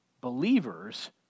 believers